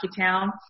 town